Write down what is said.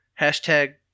Hashtag